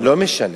לא משנה.